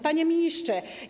Panie Ministrze!